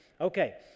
Okay